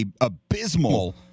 abysmal